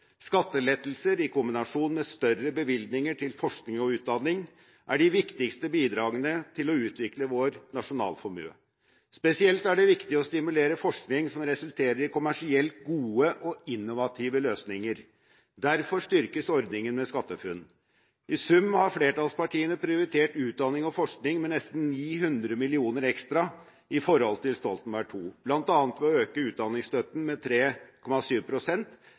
Skattelettelser i kombinasjon med større bevilgninger til forskning og utdanning er de viktigste bidragene til å utvikle vår nasjonalformue. Spesielt er det viktig å stimulere forskning som resulterer i kommersielt gode og innovative løsninger. Derfor styrkes ordningen med SkatteFUNN. I sum har flertallspartiene prioritert utdanning og forskning med nesten 900 mill. kr ekstra i forhold til Stoltenberg II, bl.a. ved å øke utdanningsstøtten med